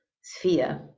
sphere